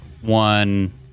one